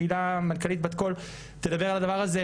תהילה מנכ"לית בת קול תדבר על הדבר הזה,